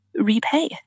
repay